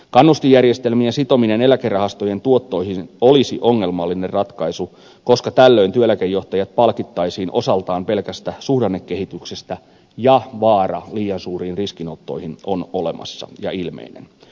kannustinjärjestelmien sitominen eläkerahastojen tuottoihin olisi ongelmallinen ratkaisu koska tällöin työeläkejohtajat palkittaisiin osaltaan pelkästä suhdannekehityksestä ja vaara liian suuriin riskinottoihin on olemassa ja ilmeinen